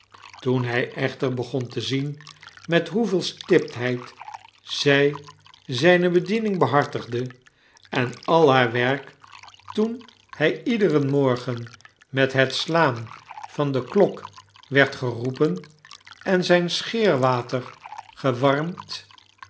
toen hy echter begon te zien met hoeveel stiptheid zy zijne bediening behartigde en al haar werk toen hij iederen morgen met het slaan van de klok werd geroepen en zfln scheerwater